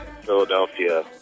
Philadelphia